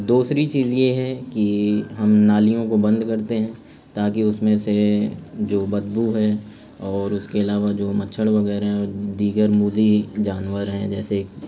دوسری چیز یہ ہے کہ ہم نالیوں کو بند کرتے ہیں تاکہ اس میں سے جو بد بو ہے اور اس کے علاوہ جو مچھر وغیرہ ہیں اور دیگر موذی جانور ہیں جیسے